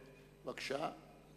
בבקשה.